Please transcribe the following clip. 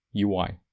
UI